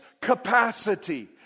capacity